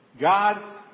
God